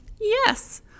yes